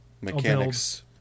mechanics